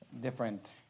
different